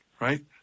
right